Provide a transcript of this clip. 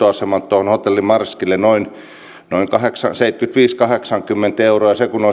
tuohon hotelli marskille noin seitsemänkymmentäviisi viiva kahdeksankymmentä euroa ja se kun